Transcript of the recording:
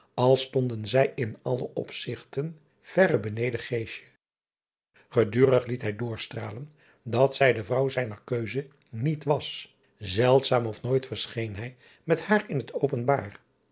al stonden zij in alle opzigten verre beneden edurig liet hij doorstralen dat zij de vrouw zijner keuze niet was eldzaam of nooit verscheen hij met haar in het openbaar